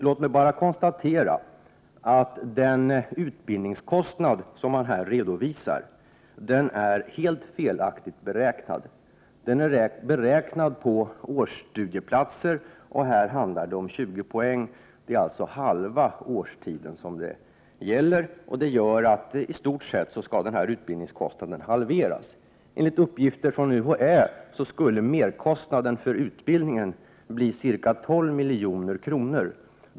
Låt mig bara konstatera att den kostnad för utbildningen som man här redovisar är felaktigt beräknad. Den är baserad på årsstudieplatser. Här handlar det ju om 20 poäng. Det gäller alltså ett halvt år, vilket gör att den beräknade utbildningskostnaden i stort sett skall halveras. Enligt uppgifter från UHÄ skulle merkostnaden för utbildningen bli ca 12 milj.kr.